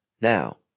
Now